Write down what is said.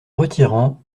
retirant